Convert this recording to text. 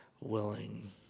willing